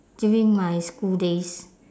during my school days